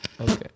Okay